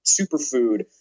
superfood